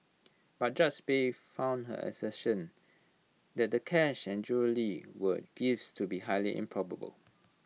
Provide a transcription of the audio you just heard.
but judge bay found her assertion that the cash and jewellery were gifts to be highly improbable